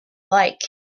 like